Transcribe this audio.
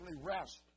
rest